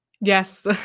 Yes